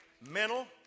mental